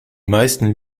meisten